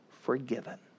forgiven